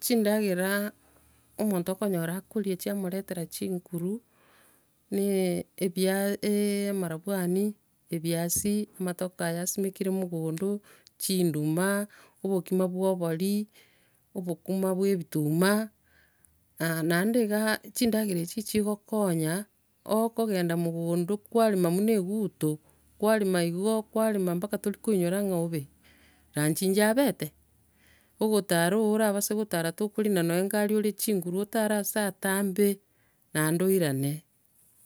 Chindageraa omonto okonyora akoria chiamoretera chinguru, nee ebia- e- amanyabwari, ebiasi, amatoke aya asimekire mogondo, chinduma, obokima bwo obori, obokima bwo ebituma, naende igaa, chindagera echi chigokonya, okogenda mogondo kwarema buna eguto, kwarema igo kwarema mpaka torikoinyora ing'a obe, lunch iyabete? Ogotara o- orabase gotara tokorina no nye egari ore chinguru otare ase atambe, naende oirane.